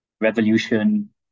revolution